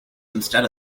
instead